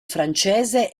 francese